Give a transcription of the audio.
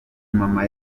mama